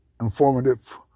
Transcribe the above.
informative